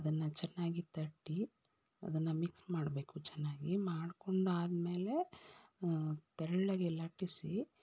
ಅದನ್ನು ಚೆನ್ನಾಗಿ ತಟ್ಟಿ ಅದನ್ನು ಮಿಕ್ಸ್ ಮಾಡಬೇಕು ಚೆನ್ನಾಗಿ ಮಾಡ್ಕೊಂಡಾದ ಮೇಲೆ ತೆಳ್ಳಗೆ ಲಟ್ಟಿಸಿ